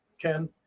Ken